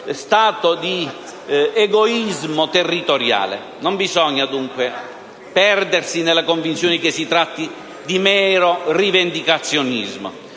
stato di egoismo territoriale. Non bisogna dunque perdersi, nella convinzione che si tratti di mero rivendicazionismo.